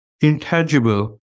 intangible